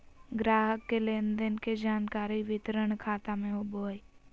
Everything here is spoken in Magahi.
ग्राहक के लेन देन के जानकारी वितरण खाता में होबो हइ